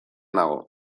nago